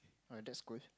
that's good